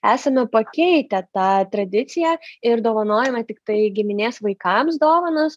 esame pakeitę tą tradiciją ir dovanojome tiktai giminės vaikams dovanas